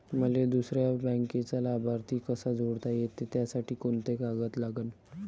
मले दुसऱ्या बँकेचा लाभार्थी कसा जोडता येते, त्यासाठी कोंते कागद लागन?